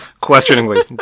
questioningly